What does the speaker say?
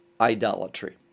idolatry